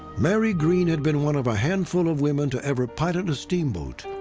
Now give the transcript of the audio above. mary greene had been one of a handful of women to ever pilot a steamboat.